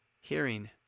hearing